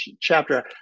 chapter